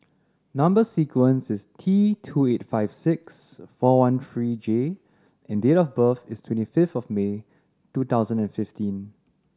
number sequence is T two eight five six four one three J and date of birth is twenty fifth of May two thousand and fifteen